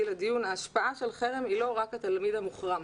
לדיון של חרם היא לא רק התלמיד המוחרם.